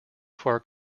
far